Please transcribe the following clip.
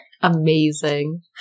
Amazing